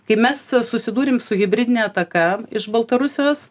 kai mes susidūrėm su hibridine ataka iš baltarusijos